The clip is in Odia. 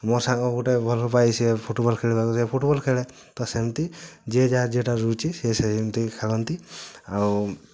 ମୋ ସାଙ୍ଗ ଗୁଟେ ଭଲ ପାଏ ସେ ଫୁଟବଲ୍ ଖେଳିବାକୁ ସେ ଫୁଟବଲ୍ ଖେଳେ ତ ସେମିତି ଯିଏ ଯାହା ଯେଟା ରୁଚି ସିଏ ସେମିତି ଖେଳନ୍ତି ଆଉ